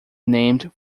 named